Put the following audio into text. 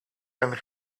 and